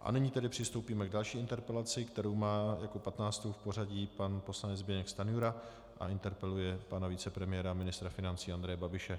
A nyní tedy přistoupíme k další interpelaci, kterou má jako patnáctou v pořadí pan poslanec Zbyněk Stanjura a interpeluje pana vicepremiéra a ministra financí Andreje Babiše.